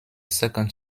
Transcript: second